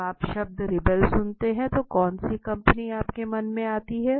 जब आप शब्द रिबेल सुनते हैं तो कौन सी कंपनी आपके मन में आती है